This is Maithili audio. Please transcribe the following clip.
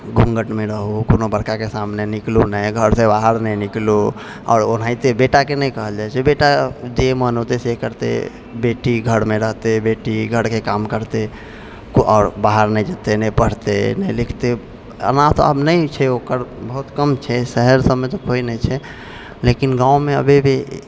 घूँघटमे रहु कोनो बड़काके सामने निकलु नहि घरसँ बाहर नहि निकलु आओर ओनाहिते बेटाके नहि कहल जाइ छै बेटा जे मोन होतैसे करतै बेटी घरमे रहतै बेटी घरके काम करतै आओर बाहर नहि जेतै ने पढ़तै ने लिखतै एना तऽ आब नहि छै ओकर बहुत कम छै शहर सभमे तऽ कोइ नहि छै लेकिन गाँवमे अभी भी